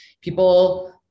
People